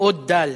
מאוד דל,